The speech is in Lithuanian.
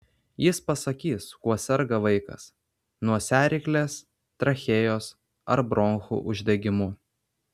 jis pasakys kuo serga vaikas nosiaryklės trachėjos ar bronchų uždegimu